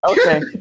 Okay